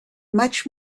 much